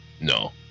No